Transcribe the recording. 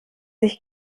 sich